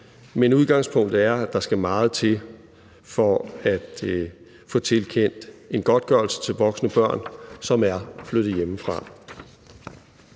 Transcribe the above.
men udgangspunktet er, at der skal meget til for at få tilkendt en godtgørelse til voksne børn, som er flyttet hjemmefra.